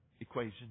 equation